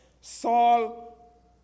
Saul